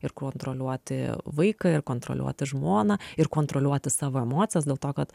ir kontroliuoti vaiką ir kontroliuoti žmoną ir kontroliuoti savo emocijas dėl to kad